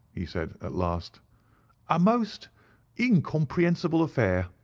he said at last a most incomprehensible affair.